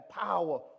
power